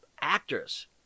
actors